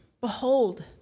behold